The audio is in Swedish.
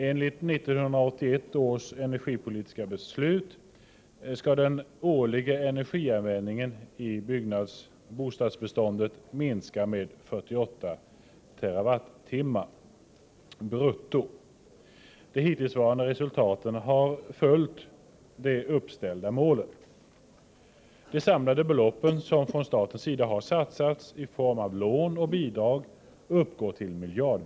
Enligt 1981 års energipolitiska beslut skall den årliga energianvändningen i bostadsbeståndet minska med 48 terawattimmar brutto. Hittills uppnådda resultat har motsvarat de uppställda målen. De samlade belopp som staten har satsat i form av lån och bidrag uppgår till miljarder.